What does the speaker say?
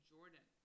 Jordan